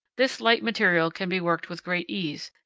this light material can be worked with great ease,